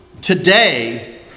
today